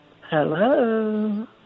Hello